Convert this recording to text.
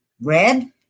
red